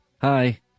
Hi